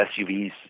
SUVs